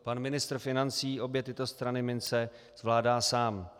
Pan ministr financí obě tyto strany minci zvládá sám.